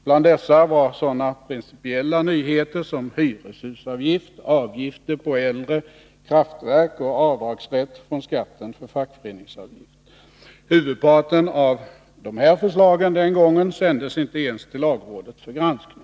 Bland dessa fanns sådana principiella nyheter som hyreshusavgift, avgifter på äldre kraftverk och rätten att i deklarationen göra avdrag för fackföreningsavgift. Huvudparten av förslagen den gången remitterades inte ens till lagrådet för granskning.